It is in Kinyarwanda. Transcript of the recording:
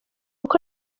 uko